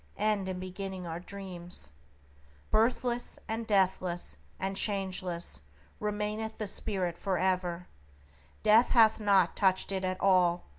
end and beginning are dreams birthless and deathless and changeless remaineth the spirit for ever death hath not touched it at all,